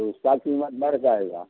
तो उसका कीमत बढ़ जाएगा